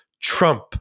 Trump